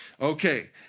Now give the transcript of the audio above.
Okay